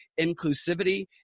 inclusivity